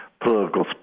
political